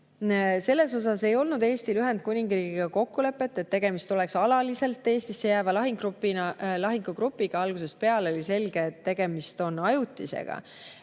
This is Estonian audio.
Eestil ei olnud Ühendkuningriigiga kokkulepet, et tegemist oleks alaliselt Eestisse jääva lahingugrupiga. Algusest peale oli selge, et tegemist on ajutisega.